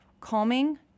calming